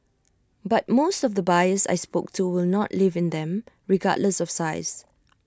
but most of the buyers I spoke to will not live in them regardless of size